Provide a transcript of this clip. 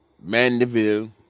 Mandeville